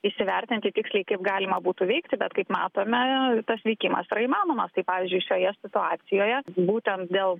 įsivertinti tiksliai kaip galima būtų veikti bet kaip matome tas veikimas yra įmanomas tai pavyzdžiui šioje situacijoje būtent dėl